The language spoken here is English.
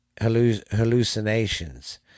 hallucinations